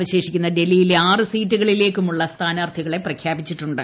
അവശേഷിക്കുന്ന ഡൽഹിയിലെ ആറു സീറ്റുകളിലേയ്ക്കുമുള്ള സ്ഥാനാർത്ഥികളെ പ്രഖ്യാപിച്ചിട്ടുണ്ട്